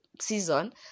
season